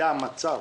זה המצב.